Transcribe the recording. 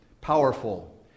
powerful